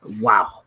Wow